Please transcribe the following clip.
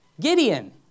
Gideon